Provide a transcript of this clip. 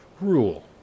rule